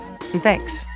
Thanks